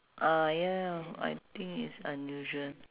ah ya I think it's unusual